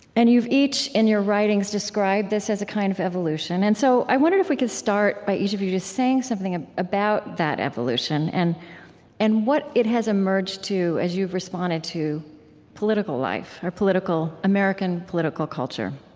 and you've each, in your writings, described this as a kind of evolution. and so i wondered if we could start by each of you just saying something ah about that evolution and and what it has emerged to as you've responded to political life, our american political culture.